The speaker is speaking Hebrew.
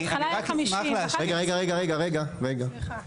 בהתחלה היה 50 --- אני רק אשמח להשלים.